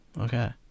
Okay